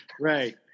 Right